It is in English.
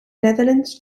netherlands